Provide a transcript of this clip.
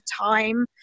time